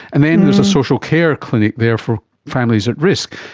and then there's a social care clinic there for families at risk.